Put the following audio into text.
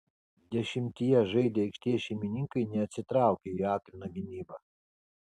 dešimtyje žaidę aikštės šeimininkai neatsitraukė į akliną gynybą